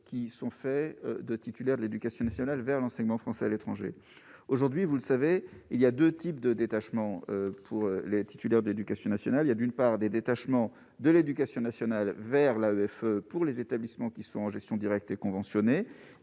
qui sont faits de titulaires de l'Éducation nationale vers l'enseignement français à l'étranger, aujourd'hui, vous le savez, il y a 2 types de détachement pour les titulaires de l'Éducation nationale, il y a d'une part, des détachements de l'Éducation nationale vers l'avait fait pour les établissements qui sont en gestion directe et conventionné